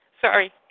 Sorry